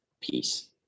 peace